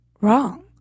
wrong